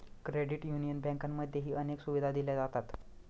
credit union बँकांमध्येही अनेक सुविधा दिल्या जातात